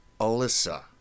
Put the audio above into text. Alyssa